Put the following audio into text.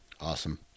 awesome